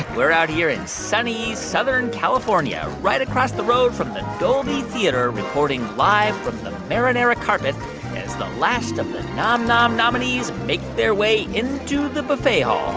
we're out here in sunny southern california, right across the road from the dolby theatre, reporting live from the marinara carpet the last of the nom nom nominees make their way into the buffet hall.